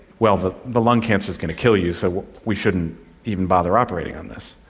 well, the the lung cancer is going to kill you, so we shouldn't even bother operating on this.